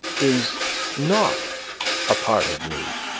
is not a part of me,